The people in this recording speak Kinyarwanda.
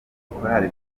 chorale